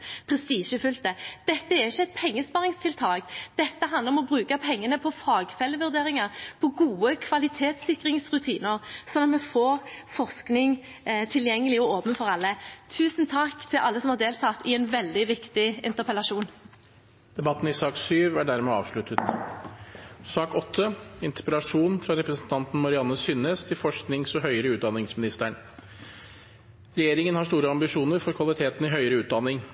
Dette er ikke et pengebesparingstiltak, men det handler om å bruke pengene på faglige vurderinger og på gode kvalitetssikringsrutiner, slik at vi får forskning som er tilgjengelig og åpen for alle. Tusen takk til alle som har deltatt i en veldig viktig interpellasjon. Debatten i sak nr. 7 er dermed avsluttet. Forskning og høyere utdanning står sentralt i utviklingen av et bærekraftig samfunn. Universiteter og høyskoler har med sin bredde i